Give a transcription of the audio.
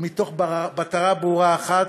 מתוך מטרה ברורה אחת: